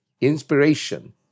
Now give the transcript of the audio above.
inspiration